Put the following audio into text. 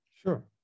Sure